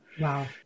Wow